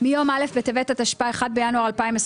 מיום א' בטבת התשפ"ה (1 בינואר 2025)